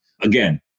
Again